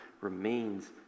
remains